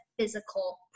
Physical